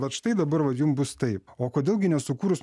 vat štai dabar va jum bus taip o kodėl gi nesukūrus